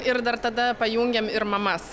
ir dar tada pajungiam ir mamas